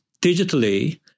digitally